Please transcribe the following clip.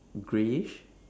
greyish